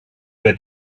que